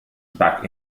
back